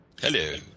Hello